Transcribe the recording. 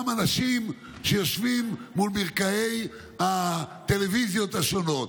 גם אנשים שיושבים מול מרקעי הטלוויזיות השונות